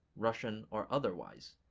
russian or otherwise.